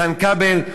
איתן כבל,